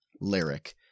lyric